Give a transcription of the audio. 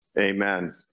Amen